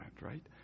right